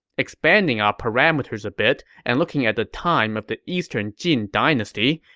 expanding our parameters a bit and looking at the time of the eastern jin dynasty,